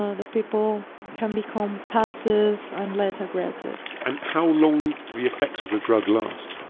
ah the people can become passive and less aggressive. and how long do the effects of the drug last?